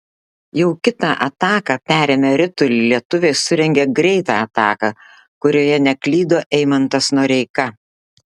jau kitą ataką perėmę ritulį lietuviai surengė greitą ataką kurioje neklydo eimantas noreika